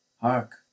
Hark